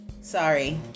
Sorry